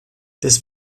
des